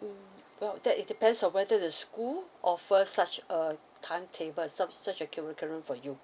mm well that is depend on whether the school offer such a timetable such such a curriculum for you